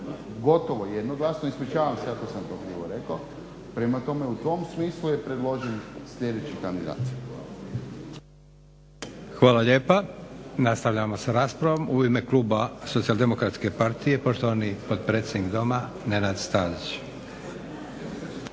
gotovo jednoglasno, ispričavam se ako sam to krivo rekao. Prema tome, u tom smislu je predložen sljedeći kandidat. **Leko, Josip (SDP)** Hvala lijepa. Nastavljamo sa raspravom. U ime Kluba Socijal-demokratske partije poštovani potpredsjednik Doma Nenad Stazić.